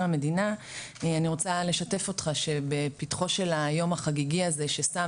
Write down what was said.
המדינה אני רוצה לשתף אותך שבפתחו של היום החגיגי הזה ששם